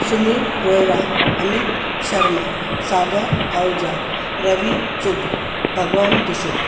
Sunil Rohira Amit Sharma Sagar Ahuja Ravi Chug Bhagwan Duseja